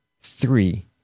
three